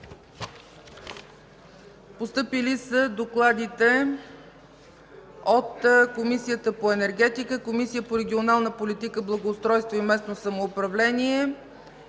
Постъпили са докладите от Комисията по енергетика, Комисията по регионална политика, благоустройство и местно самоуправление,